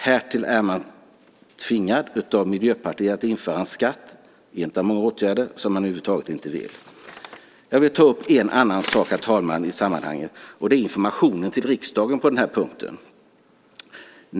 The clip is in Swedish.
Härtill är man tvingad av Miljöpartiet att införa en skatt som man över huvud taget inte vill införa. Herr talman! Jag vill ta upp en annan sak i sammanhanget. Det är informationen till riksdagen på den punkten.